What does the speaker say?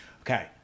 Okay